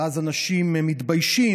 ואז אנשים מתביישים,